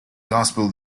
gospel